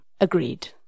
agreed